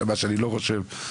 אני לא חושב,